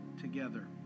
together